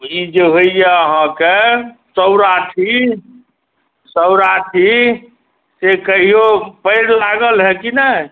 ई जे होइया अहाँके सौराठी सौराठी से कहियो पड़ि लागल हँ कि नहि